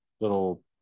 little